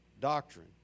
doctrine